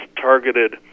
targeted